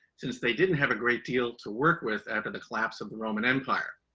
since they didn't have a great deal to work with after the collapse of the roman empire,